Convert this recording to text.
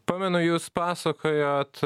pamenu jūs pasakojot